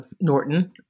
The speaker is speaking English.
Norton